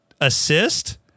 assist